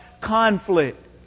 conflict